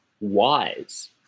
wise